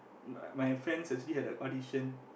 my my friends actually had a audition